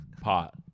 Pot